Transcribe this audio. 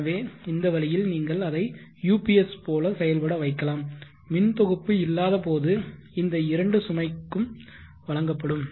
எனவே இந்த வழியில் நீங்கள் அதை யுபிஎஸ் போல செயல்பட வைக்கலாம் மின் தொகுப்பு இல்லாதபோது இந்த இரண்டு சுமைக்கும் வழங்கப்படும்